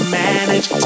manage